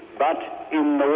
but in the